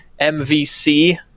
MVC